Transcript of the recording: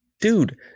Dude